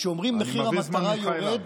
כשאומרים שמחיר המטרה יורד,